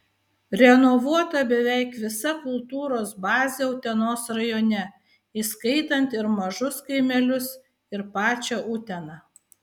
renovuota beveik visa kultūros bazė utenos rajone įskaitant ir mažus kaimelius ir pačią uteną